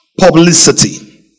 publicity